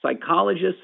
psychologists